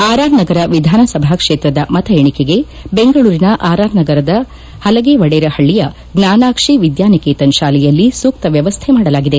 RR Nagar ವಿಧಾನಸಭಾ ಕ್ಷೇತ್ರದ ಮತ ಎಣಿಕೆಗೆ ಬೆಂಗಳೂರಿನ ಆರ್ಆರ್ ಸಗರದ ಹಲಗೆವಡೇರಹಳ್ಳಯ ಜ್ವಾನಾಕ್ಷಿ ವಿದ್ಯಾನಿಕೇತನ್ ಶಾಲೆಯಲ್ಲಿ ಸೂಕ್ತ ವ್ಯವಸ್ಥೆ ಮಾಡಲಾಗಿದೆ